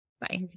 Bye